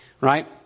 right